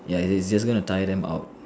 ya it is just gonna tire them out